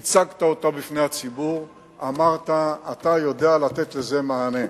הצגת אותה בפני הציבור ואמרת שאתה יודע לתת עליה מענה.